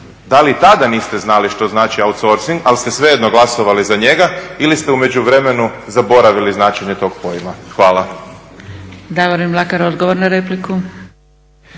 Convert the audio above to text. da li tada niste znali što znali outsorcing ali ste svejedno glasovali za njega ili ste u međuvremenu zaboravili značenje tog pojma? Hvala.